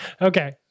Okay